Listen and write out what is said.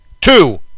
Two